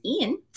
Ian